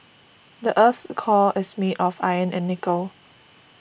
the earth's core is made of iron and nickel